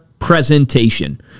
Presentation